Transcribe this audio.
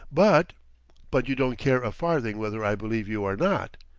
but but you don't care a farthing whether i believe you or not?